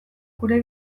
gure